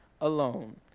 alone